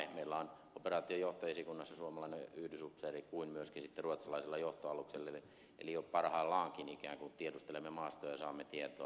meillä on operaation johtoesikunnassa suomalainen yhdysupseeri niin kuin myöskin ruotsalaisella johtoaluksella eli jo parhaillaankin ikään kuin tiedustelemme maastoa ja saamme tietoa